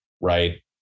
right